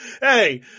Hey